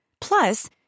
Plus